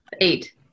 Eight